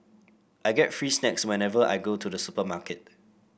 I get free snacks whenever I go to the supermarket